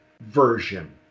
version